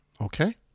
okay